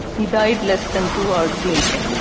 he died less than two hours later.